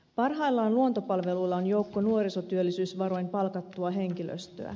parhaillaan luontopalveluilla on joukko nuorisotyöllisyysvaroin palkattua henkilöstöä